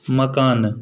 مکانہٕ